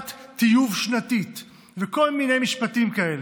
בהפקת טיוב שנתית, וכל מיני משפטים כאלה.